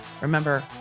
Remember